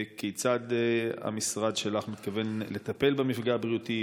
כיצד המשרד שלך מתכוון לטפל במפגע הבריאותי,